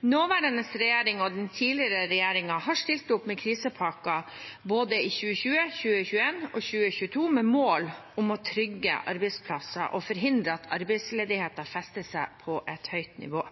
Nåværende regjering og den tidligere regjeringen har stilt opp med krisepakker i både 2020, 2021 og 2022 med mål om å trygge arbeidsplasser og forhindre at arbeidsledigheten fester seg på et høyt nivå.